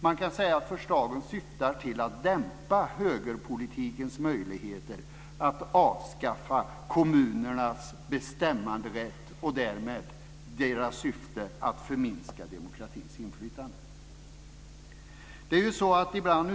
Man kan säga att förslagen syftar till att dämpa högerpolitikens möjligheter att avskaffa kommunernas bestämmanderätt och därmed deras syfte att förminska demokratins inflytande.